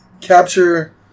capture